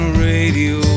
radio